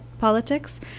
politics